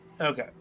Okay